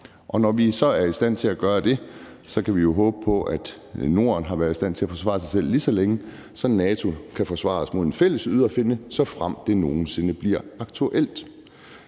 Når vi så er i stand til at gøre det, kan vi jo håbe på, at Norden har været i stand til at forsvare sig selv lige så længe, så NATO kan forsvare os mod en fælles ydre fjende, såfremt det nogen sinde bliver aktuelt.